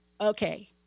okay